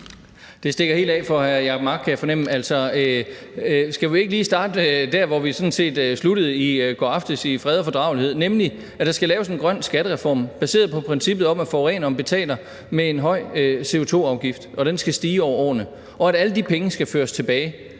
Det stikker helt af for hr. Jacob Mark, kan jeg fornemme. Skal vi ikke lige starte der, hvor vi sådan set sluttede i går aftes i fred og fordragelighed, nemlig at der skal laves en grøn skattereform baseret på princippet om, at forureneren betaler med en høj CO2-afgift, og at den skal stige over årene, og at alle de penge føres tilbage?